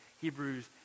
Hebrews